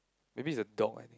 maybe it's a dog I think